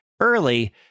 early